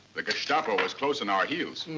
the gestapo was close on our heels.